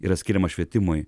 yra skiriama švietimui